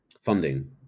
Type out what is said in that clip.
funding